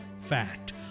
Fact